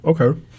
okay